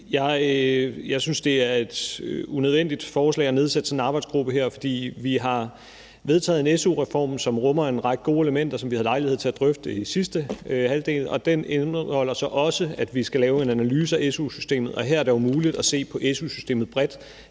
så synes jeg, det er et unødvendigt forslag at nedsætte sådan en arbejdsgruppe her. For vi har vedtaget en su-reform, som rummer en række gode elementer, som vi havde lejlighed til at drøfte i sidste halvdel, og den indeholder så også, at vi skal lave en analyse af su-systemet. Her er det muligt at se på su-systemet bredt,